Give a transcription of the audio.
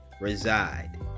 reside